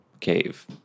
cave